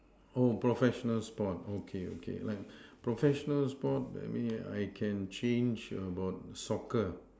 oh professional sport okay okay like professional sport that mean I can change about soccer